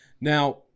Now